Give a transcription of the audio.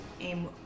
aim